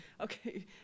Okay